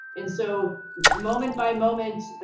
and so moment by moment,